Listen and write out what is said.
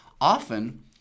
Often